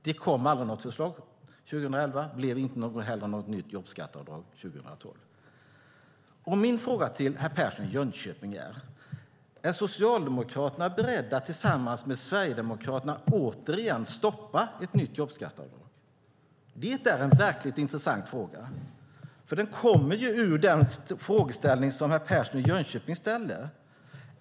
Det kom aldrig något förslag 2011, och det blev inte heller något nytt jobbskatteavdrag 2012. Min fråga till herr Persson i Jönköping är: Är Socialdemokraterna beredda att tillsammans med Sverigedemokraterna återigen stoppa ett nytt jobbskatteavdrag? Det är en verkligt intressant fråga, för den kommer ur den frågeställning som herr Persson i Jönköping ställer.